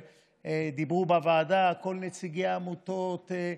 ודיברו בוועדה כל נציגי העמותות,